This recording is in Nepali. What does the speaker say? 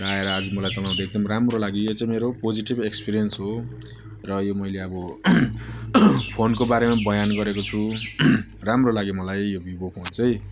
आएर आजसम्म त राम्रो लाग्यो यो चाहिँ मेरो पोजेटिभ एक्सपिरियन्स हो र यो मैले अब फोनको बारेमा बयान गरेको छु राम्रो लाग्यो मलाई यो विभो फोन चाहिँ